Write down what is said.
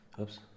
Oops